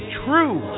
true